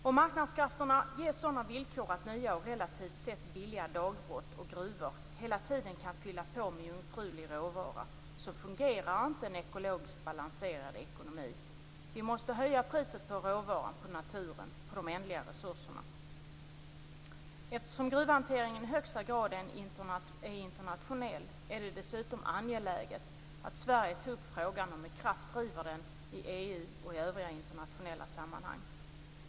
Om marknadskrafterna ges sådana villkor att nya och relativt billiga dagbrott och gruvor hela tiden kan fylla på med jungfrulig råvara fungerar inte en ekologiskt balanserad ekonomi. Vi måste höja priset på råvaran - på naturen, på de ändliga resurserna. Eftersom gruvhanteringen i högsta grad är internationell är det dessutom angeläget att Sverige tar upp frågan och med kraft driver den i EU och i övriga internationella sammanhang.